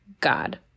god